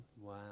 Wow